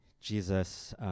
Jesus